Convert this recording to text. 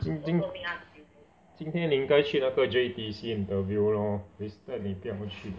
今今今天你应该去那个 J_P 先的 interview lor wasted 你不要去